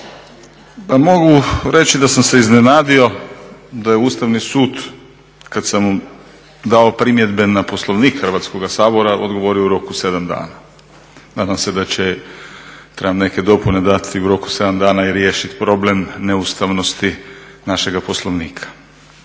Pa mogu reći da sam se iznenadio da je Ustavni sud kada sam mu dao primjedbe na Poslovnik Hrvatskoga sabora odgovorio u roku 7 dana. nadam se da će trebam neke dopune dati u roku 7 dana i riješiti problem neustavnosti našega Poslovnika.